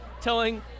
telling